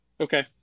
Okay